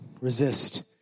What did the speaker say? Resist